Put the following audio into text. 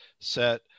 set